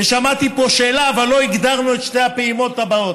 ושמעתי פה שאלה: אבל לא הגדרנו את שתי הפעימות הבאות,